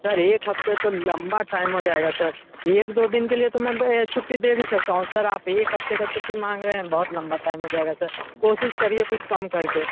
sir एक हफ्ते तो लंबा टाइम हो जाएगा सर एक दो दिन के लिए तो मैं छुट्टी दे भी सकता हूँ सर आप एक हफ्ते का छुट्टी माँग रहे हैं बहुत लंबा टाइम हो जाएगा सर कोशिश करिए कुछ कम करके